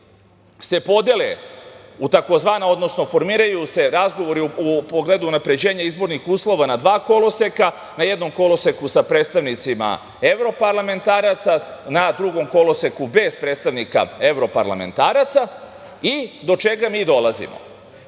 oni podele u tzv. odnosno formiraju se razgovori u pogledu unapređenja izbornih uslova na dva koloseka, na jednom koloseku sa predstavnicima evroparlamentaraca, na drugom koloseku bez predstavnika evroparlamentaraca i do čega mi dolazimo?